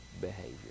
behavior